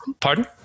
Pardon